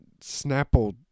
Snapple